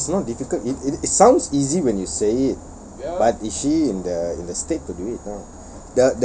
ya it's not difficult it it sounds easy when you say it but is she in the in the state to do it now